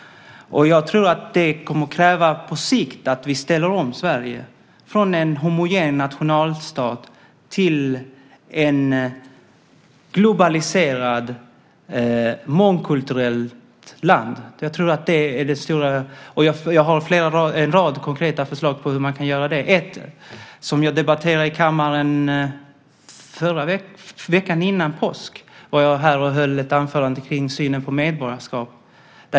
Jag tror att det på sikt kommer att kräva att vi ställer om Sverige från en homogen nationalstat till ett globaliserat, mångkulturellt land. Jag har en rad konkreta förslag på hur man kan göra det. Veckan före påsk var jag här i kammaren och höll ett anförande om synen på medborgarskap.